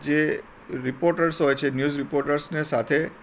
જે રિપોર્ટર્સ હોય છે ન્યૂઝ રિપોર્ટર્સને સાથે